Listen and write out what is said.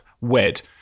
wed